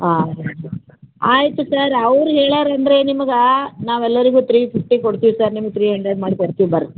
ಹಾಂ ಆಯಿತು ಸರ್ ಅವ್ರು ಹೇಳಾರಂದ್ರೆ ನಿಮ್ಗೆ ನಾವು ಎಲ್ಲರಿಗೂ ತ್ರೀ ಫಿಫ್ಟಿ ಕೊಡ್ತೀವಿ ಸರ್ ನಿಮ್ಗೆ ತ್ರೀ ಹಂಡ್ರೆಡ್ ಮಾಡಿ ಕೊಡ್ತೀವಿ ಬರ್ರಿ